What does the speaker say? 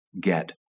Get